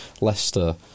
Leicester